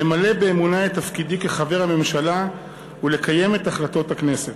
למלא באמונה את תפקידי כחבר הממשלה ולקיים את החלטות הכנסת.